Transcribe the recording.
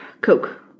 Coke